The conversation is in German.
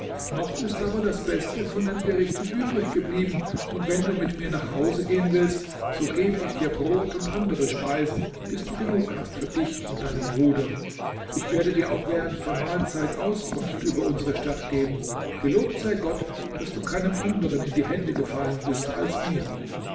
noch ist aber das beste von den gerichten übrig geblieben und wenn du mit mir nach hause gehen willst so gebe ich dir brot und andere speisen bis du genug hast für dich und deinen bruder ich werde dir auch während der mahlzeit auskunft über unsere stadt geben gelobt sei gott daß du keinem anderen in die hände gefallen bist als mir